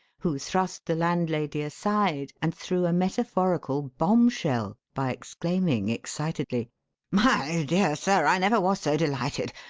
who thrust the landlady aside and threw a metaphorical bombshell by exclaiming excitedly my dear sir, i never was so delighted.